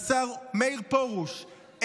לשר מאיר פרוש,